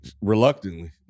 Reluctantly